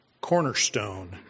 cornerstone